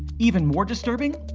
even more disturbing,